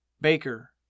Baker